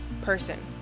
person